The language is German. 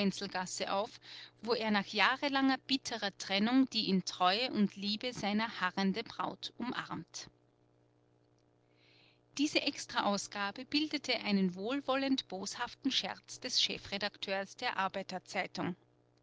auf wo er nach jahrelanger bitterer trennung die in treue und liebe seiner harrende braut umarmt diese extra ausgabe bildete einen wohlwollend boshaften scherz des chefredakteurs der